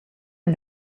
and